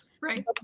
Right